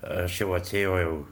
aš jau atsijojau